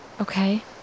Okay